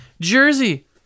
Jersey